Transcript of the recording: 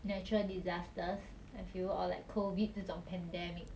natural disasters I feel or like COVID 这种 pandemic